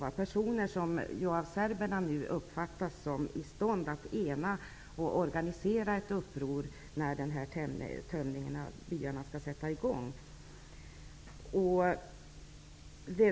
Det är personer som serberna uppfattar är i stånd att ena och organisera ett uppror när tömningen av byarna skall sätta i gång.